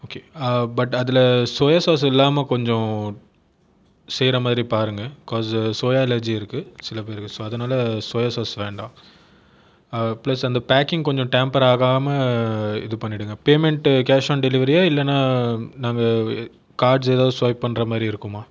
okay but அதில் soya sauce இல்லாமல் கொஞ்சம் செய்கிற மாதிரி பாருங்கள் பிக்காஸ் சோயா அலர்ஜி இருக்குது சில பேருக்கு ஸோ அதனால சோயா சாஸ் வேண்டாம் ப்ளஸ் அந்த பேக்கிங் கொஞ்சம் டேம்பர் ஆகாமல் இது பண்ணிவிட்டுங்க பேமண்ட் கேஷ் ஆன் டெலிவரியா இல்லைன்னா நாங்கள் கார்ட்ஸ் ஏதாவது ஸ்வைப் பண்ணுற மாதிரி இருக்குமா